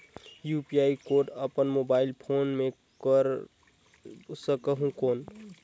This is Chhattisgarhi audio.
यू.पी.आई कोड अपन मोबाईल फोन मे कर सकहुं कौन?